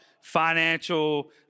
financial